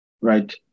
right